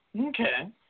Okay